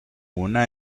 una